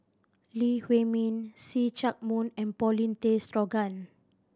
Lee Huei Min See Chak Mun and Paulin Tay Straughan